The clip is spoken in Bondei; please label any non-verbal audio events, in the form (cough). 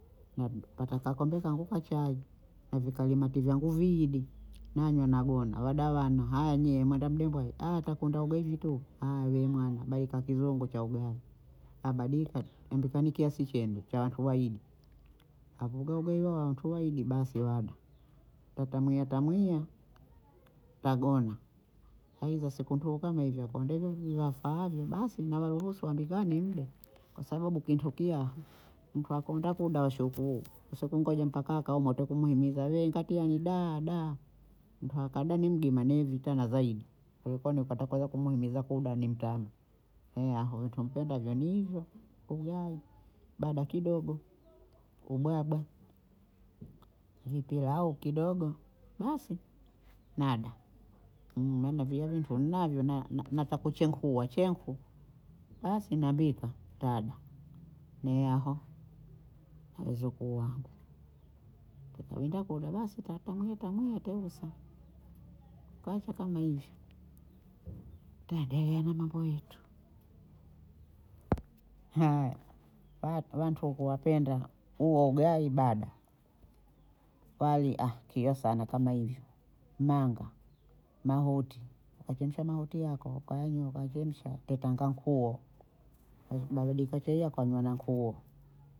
na- napata kakombe ka chai na vikarimati vyangu viwiyi nanywa nagona, wada wana hanyii mweda mdembwe atakwenda ogaivi tu (hesitation) we mwana bale ka kizongo cha ugayi, abadiyika nimpika ni kiasi chenu cha watu wa wayidi, navuga ugayi ugayi wa watu wayidi basi wada, tatamwiya tamwiya tagona, aiza siku ntuhu kama hivyo akonda hivyo nindivyo afaavyo basi nawaruhusu wampikani ni muda, kwa sabau ukintukia mtu akonda kuda washukuru, usikungoja mpaka akaumwa ntakumwinyi niza we kati ya nibahada ndo akada mi mgima ni vitana zaidi, ko kwenu mempatako yakumuingiza kuda ni mtana, eaho twampenda ve ni hivyo ugayi, bada kidogo, ubwabwa, vipilau kidogo basi nada, maana viye vintu ninavyo na- na pakuchenkua chenku basi nampika tada ne aho na mwizukuu wangu, winda kuoga basi tatamwiyatamwiya tehosa, kaacha kama hivi twaendelea na mambo yetu (noise) (hesitation) wantuhu wapenda huo ugayi bada, wali (hesitation) kio sana kama hivyo, manga, mahuti, wachemsha mahuti yako kayanyua wakayachemsha tetanga nkuo baridi ikachelea kanywa na nkuo